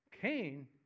Cain